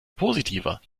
positiver